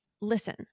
listen